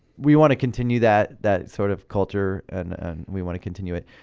we wanna continue that that sort of culture and we wanna continue it.